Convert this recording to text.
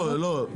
לא.